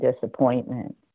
disappointment